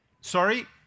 Sorry